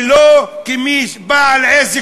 ולא כלבעל עסק,